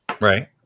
right